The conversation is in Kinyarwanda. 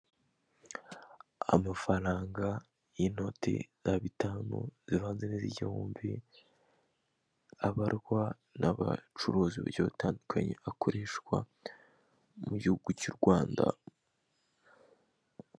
Amafaranga y'inoti za bitanu, zivanze n'izigihumbi, abarwa n'abacuruza uburyo butandukanye, akoreshwa mu gihugu cy'u Rwanda.